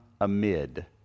amid